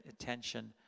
attention